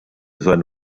seine